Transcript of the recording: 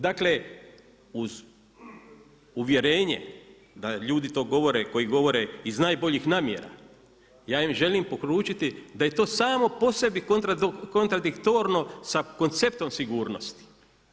Dakle, uz uvjerenje da ljudi koji govore iz najboljih namjera, ja im želim poručiti da je to samo po sebi kontradiktorno sa konceptom sigurnosti.